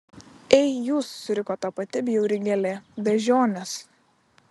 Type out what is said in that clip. ei jūs suriko ta pati bjauri gėlė beždžionės